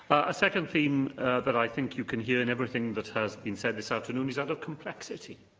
a second theme that i think you can hear in everything that has been said this afternoon is that of complexity